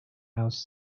house